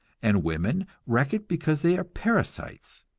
and women wreck it because they are parasites.